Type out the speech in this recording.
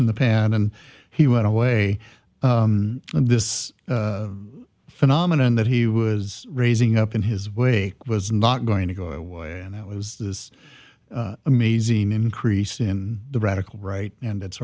in the pan and he went away and this phenomenon that he was raising up in his wake was not going to go away and that was this amazing increase in the radical right and it